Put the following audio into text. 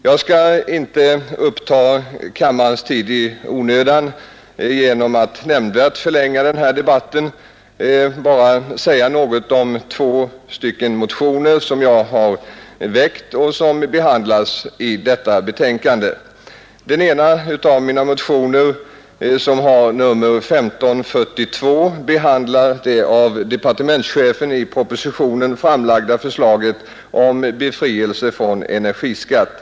Jag skall inte uppta kammarens tid i onödan genom att nämnvärt förlänga denna debatt. Jag vill bara säga något om två motioner som jag har väckt och som behandlas i detta betänkande. Den ena av mina motioner som har nr 1542 behandlar det av departementschefen i propositionen framlagda förslaget om befrielse från energiskatt.